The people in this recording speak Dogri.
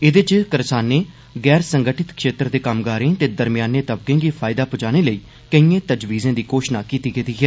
एदे च करसानें गैर संगठित क्षेत्र दे कामगारें ते दरम्यानें तबकें गी फायदा पुजाने लेई केइएं तजवीजें दी घोशणा कीती गेदी ऐ